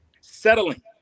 settling